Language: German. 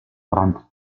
brandt